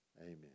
amen